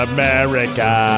America